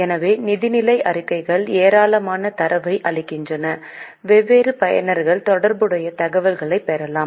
எனவே நிதிநிலை அறிக்கைகள் ஏராளமான தரவை அளிக்கின்றன வெவ்வேறு பயனர்கள் தொடர்புடைய தகவல்களைப் பெறலாம்